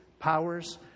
powers